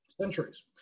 centuries